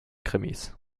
krimis